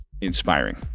inspiring